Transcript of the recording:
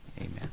amen